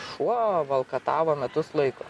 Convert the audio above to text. šuo valkatavo metus laiko